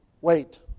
Wait